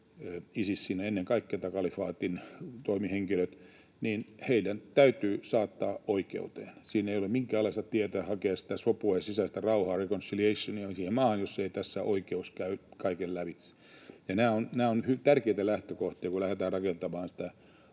Isis siinä ennen kaikkea, tämän kalifaatin toimihenkilöt — täytyy saattaa oikeuteen. Siinä ei ole minkäänlaista tietä hakea sitä sopua ja sisäistä rauhaa, reconciliationiä, siihen maahan, jos ei tässä oikeus käy kaiken lävitse. Nämä ovat tärkeitä lähtökohtia, kun lähdetään rakentamaan sitä